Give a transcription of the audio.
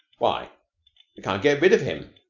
why? we can't get rid of him.